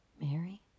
Mary